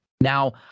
now